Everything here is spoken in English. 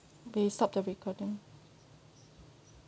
they stop the recording